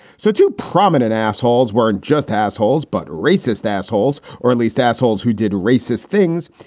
so two prominent assholes were and just assholes, but racist assholes. or at least assholes who did racist things.